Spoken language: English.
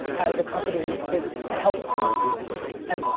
as a company, is to help ah and